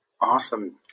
Awesome